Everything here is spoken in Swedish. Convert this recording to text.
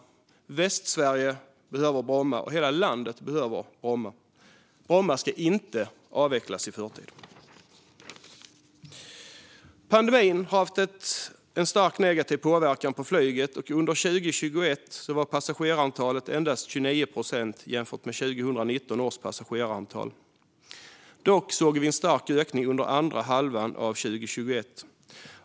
Västsverige behöver Bromma. Hela landet behöver Bromma. Bromma ska inte avvecklas i förtid! Pandemin har haft en starkt negativ påverkan på flyget. Under 2021 var passagerarantalet endast 29 procent jämfört med 2019 års passagerarantal. Dock såg vi en stark ökning under andra halvan av 2021.